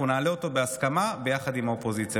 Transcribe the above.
נעלה אותו בהסכמה יחד עם האופוזיציה.